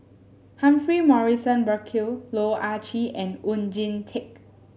Humphrey Morrison Burkill Loh Ah Chee and Oon Jin Teik